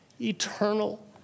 eternal